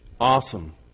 Awesome